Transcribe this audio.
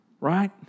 right